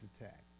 attack